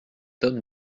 homme